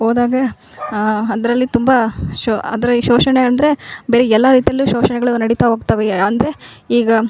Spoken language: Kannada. ಹೋದಾಗೆ ಅದರಲ್ಲಿ ತುಂಬ ಶೊ ಅಂದರೆ ಶೋಷಣೆ ಅಂದರೆ ಬೇರೆ ಎಲ್ಲ ರೀತಿಯಲ್ಲು ಶೋಷಣೆಗಳು ನಡೀತಾ ಹೋಗ್ತವೆ ಅಂದರೆ ಈಗ